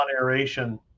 aeration